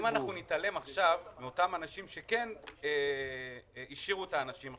אם אנחנו נתעלם עכשיו מאותם אנשים שכן השאירו את האנשים,